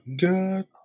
god